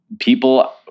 people